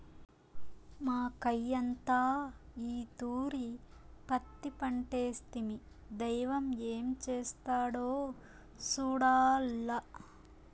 మాకయ్యంతా ఈ తూరి పత్తి పంటేస్తిమి, దైవం ఏం చేస్తాడో సూడాల్ల